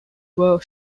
were